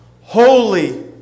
Holy